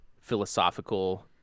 philosophical